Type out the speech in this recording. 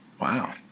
Wow